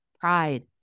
pride